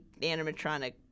animatronic